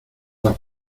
las